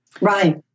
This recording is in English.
Right